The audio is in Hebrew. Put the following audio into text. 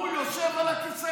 לא חכם.